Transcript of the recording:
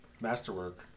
Masterwork